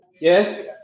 Yes